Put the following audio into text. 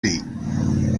and